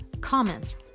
comments